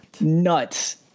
nuts